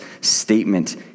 statement